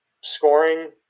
scoring